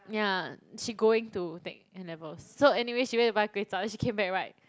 yeah she going to take N-levels so anyway she went to buy Kway-Chap then she came back right